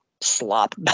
slop